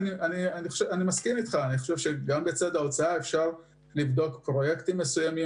אני חושב שגם בצד ההוצאה אפשר לעשות צעדים מסוימים